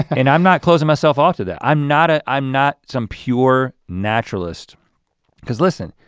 and i'm not closing myself off to that. i'm not ah i'm not some pure naturalist because listen,